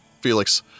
felix